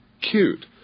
cute